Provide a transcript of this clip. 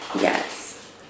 yes